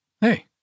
Hey